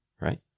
Right